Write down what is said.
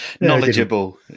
Knowledgeable